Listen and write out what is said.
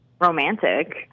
romantic